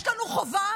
יש לנו חובה,